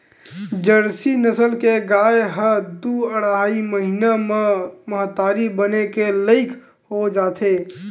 Jersey नसल के गाय ह दू अड़हई महिना म महतारी बने के लइक हो जाथे